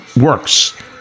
works